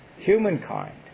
Humankind